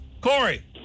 Corey